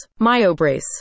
Myobrace